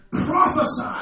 Prophesy